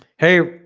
hey,